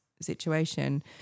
situation